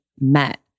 met